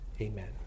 Amen